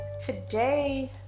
today